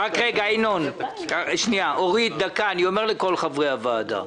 אני אומר לכל חברי הוועדה: